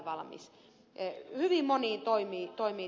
hyvin moni toimii näin